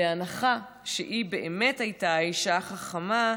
בהנחה שהיא באמת הייתה האישה החכמה,